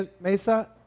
Mesa